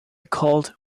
called